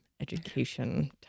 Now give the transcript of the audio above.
education